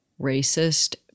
racist